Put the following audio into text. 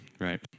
right